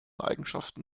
eigenschaften